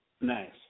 Nice